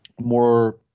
more